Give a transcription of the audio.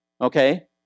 Okay